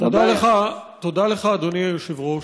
תודה לך, אדוני היושב-ראש.